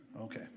Okay